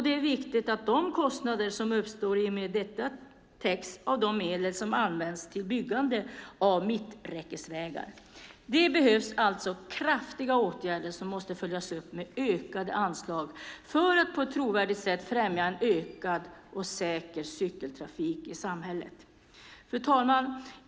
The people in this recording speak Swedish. Det är viktigt att de kostnader som uppstår i och med detta täcks av de medel som används till byggandet av mitträckesvägar. Det behövs alltså kraftiga åtgärder som måste följas upp med ökade anslag för att man på ett trovärdigt sätt ska kunna främja en ökad och säker cykeltrafik i samhället. Fru talman!